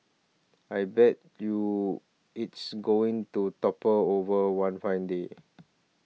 I bet you it's going to topple over one fine day